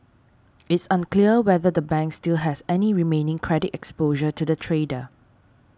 it's unclear whether the bank still has any remaining credit exposure to the trader